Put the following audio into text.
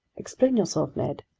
explain yourself, ned.